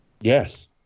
Yes